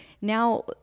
now